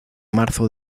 marzo